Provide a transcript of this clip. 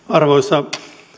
arvoisa